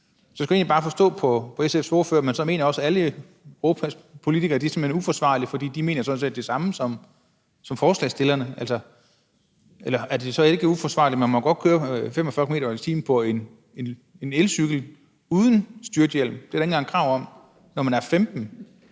Så jeg skal egentlig bare forstå, om SF's ordfører så mener, at alle Europas politikere simpelt hen er uansvarlige, fordi de sådan set mener det samme som forslagsstillerne. Altså, er det så ikke uforsvarligt, at man godt må køre 45 km/t. på en elcykel uden styrthjelm – det er der ikke engang krav om – når man er 15